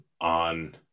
on